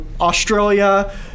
Australia